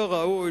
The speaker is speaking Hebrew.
לא ראוי,